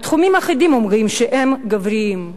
על תחומים אחדים אומרים שהם "גבריים",